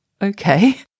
Okay